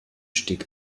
stieg